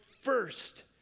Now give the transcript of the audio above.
first